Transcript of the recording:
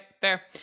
Fair